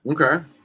Okay